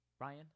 Ryan